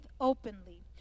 openly